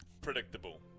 predictable